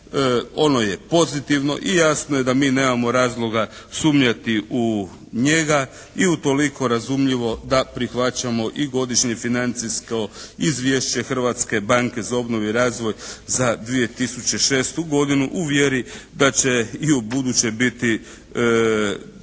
ono je pozitivno i jasno je da mi nemamo razloga sumnjati u njega i utoliko razumljivo da prihvaćamo i godišnje i financijsko izvješće Hrvatske banke za obnovu i razvoj za 2006. godinu u vjeri da će i u buduće biti